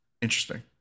Interesting